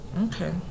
Okay